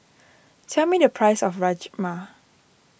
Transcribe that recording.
tell me the price of Rajma